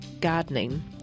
gardening